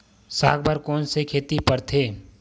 साग बर कोन से खेती परथे?